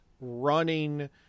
running